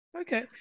okay